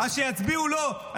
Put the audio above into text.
-- אז שיצביעו לו.